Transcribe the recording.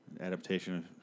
Adaptation